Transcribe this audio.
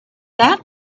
that